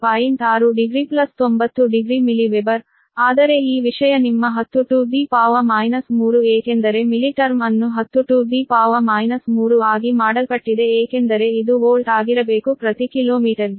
6 degree 90 degree milli weber ಆದರೆ ಈ ವಿಷಯ ನಿಮ್ಮ 10 3 ಏಕೆಂದರೆ ಮಿಲಿ ಟರ್ಮ್ ಅನ್ನು 10 to the power minus 3 ಆಗಿ ಮಾಡಲ್ಪಟ್ಟಿದೆ ಏಕೆಂದರೆ ಇದು ವೋಲ್ಟ್ ಆಗಿರಬೇಕು ಪ್ರತಿ ಕಿಲೋಮೀಟರ್ಗೆ